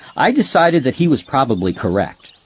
i decided that he was probably correct.